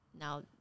now